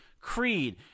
Creed